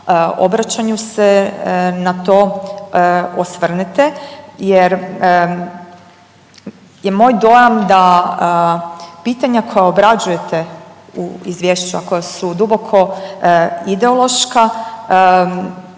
obraćanju se na to osvrnete jer je moj dojam da pitanja koja obrađujete u izvješću, a koja su duboko ideološka